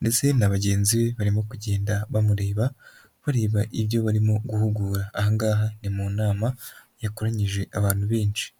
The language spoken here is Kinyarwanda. ndetse na bagenzi be barimo kugenda bamureba, bareba ibyo barimo guhugura. Aha ngaha ni mu nama yakoranyije abantu benshi.